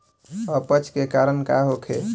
अपच के कारण का होखे?